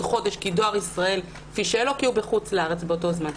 חודש כי דואר ישראל פישל או כי הוא בחוץ לארץ באותו זמן.